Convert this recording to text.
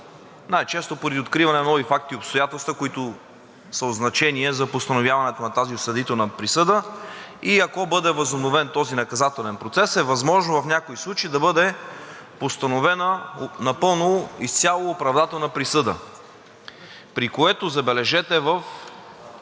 Най-често поради откриване на нови факти и обстоятелства, които са от значение за постановяването на тази осъдителна присъда. Ако бъде възобновен този наказателен процес, е възможно в някои случаи да бъде установена напълно изцяло оправдателна присъда, при което, забележете, в